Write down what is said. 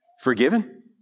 forgiven